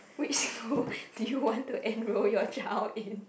which school do you want to enrol your child in